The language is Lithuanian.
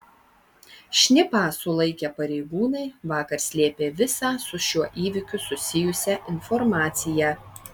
šnipą sulaikę pareigūnai vakar slėpė visą su šiuo įvykiu susijusią informaciją